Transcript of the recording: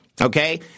okay